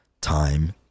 time